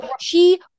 She-